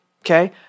Okay